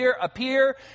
appear